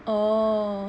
oh